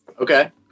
Okay